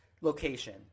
location